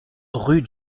rue